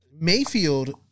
Mayfield